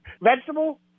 Vegetable